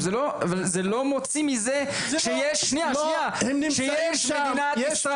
אבל זה לא אומר דבר על זה שיש מדינת ישראל.